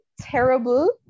terrible